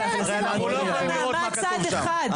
אנחנו לא יכולים לראות מה כתוב שם.